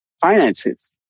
finances